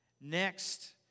Next